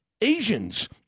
Asians